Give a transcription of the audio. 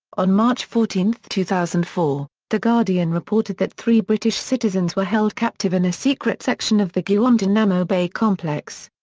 on march fourteen, two thousand and four, the guardian reported that three british citizens were held captive in a secret section of the guantanamo bay complex.